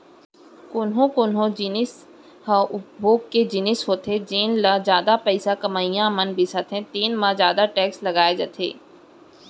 कोनो कोनो जिनिस ह उपभोग के जिनिस होथे जेन ल जादा पइसा कमइया मन बिसाथे तेन म जादा टेक्स लगाए जाथे